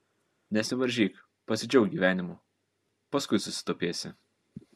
nesivaržyk pasidžiauk gyvenimu paskui susitupėsi